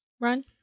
run